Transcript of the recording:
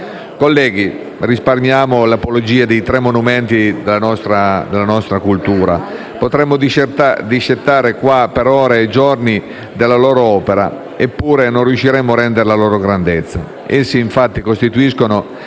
Colleghi, risparmiamo l'apologia dei tre monumenti della nostra cultura. Potremmo discettare in questa sede per ore e giorni della loro opera, eppure non riusciremmo a rendere la loro grandezza. Essi, infatti, costituiscono